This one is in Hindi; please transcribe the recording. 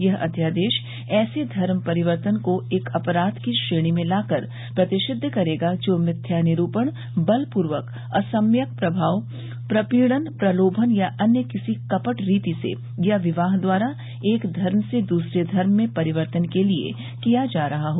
यह अध्यादेश ऐसे धर्म परिवर्तन को एक अपराध की श्रेणी में लाकर प्रतिषिद्व करेगा जो मिथ्या निरूपण बलपूर्वक असम्यक प्रभाव प्रपीड़न प्रलोभन या अन्य किसी कपट रीति से या विवाह द्वारा एक धर्म से दूसरे धर्म में परिवर्तन के लिए किया जा रहा हो